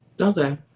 Okay